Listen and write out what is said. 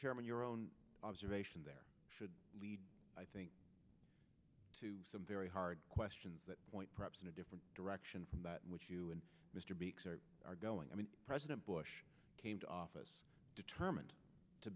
chairman your own observations there should lead i think to some very hard questions that point perhaps in a different direction from that which you and mr beaks are are going i mean president bush came to office determined to